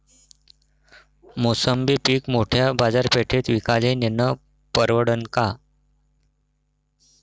मोसंबी पीक मोठ्या बाजारपेठेत विकाले नेनं परवडन का?